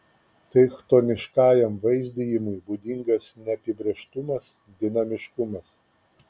tai chtoniškajam vaizdijimui būdingas neapibrėžtumas dinamiškumas